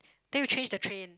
then you change the trian